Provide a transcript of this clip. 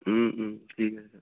ঠিক আছে